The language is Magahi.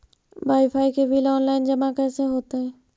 बाइफाइ के बिल औनलाइन जमा कैसे होतै?